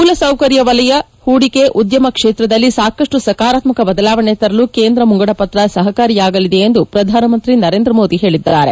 ಮೂಲ ಸೌಕರ್ಯ ವಲಯ ಹೂಡಿಕೆ ಉದ್ದಮ ಕ್ಷೇತ್ರದಲ್ಲಿ ಸಾಕಷ್ಟು ಸಕಾರಾತ್ಮಕ ಬದಲಾವಣೆ ತರಲು ಕೇಂದ್ರ ಮುಂಗಡ ಪತ್ರ ಸಹಕಾರಿಯಾಗಲಿದೆ ಎಂದು ಪ್ರಧಾನಮಂತ್ರಿ ನರೇಂದ್ರ ಮೋದಿ ಹೇಳಿದ್ದಾರೆ